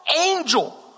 angel